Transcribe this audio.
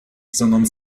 sondern